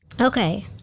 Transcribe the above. Okay